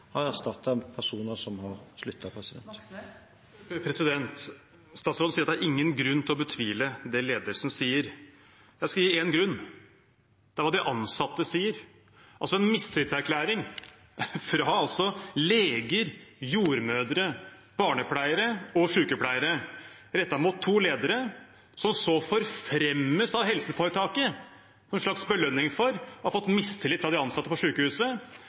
har erstattet personer som har sluttet. Statsråden sier det ikke er noen grunn til å betvile det ledelsen sier. Jeg skal gi én grunn: Det er hva de ansatte sier. Altså: En mistillitserklæring fra leger, jordmødre, barnepleiere og sykepleiere rettet mot to ledere – som så forfremmes av helseforetaket, som en slags belønning for å ha fått mistillit fra de ansatte på